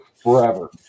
forever